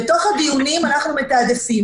בדיונים אנחנו מתעדפים.